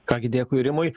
ką gi dėkui rimui